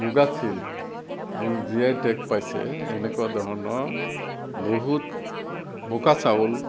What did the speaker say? মুগা চিল্ক এই G I tag পাইছে এনেকুৱা ধৰণৰ বহুত বোকা চাউল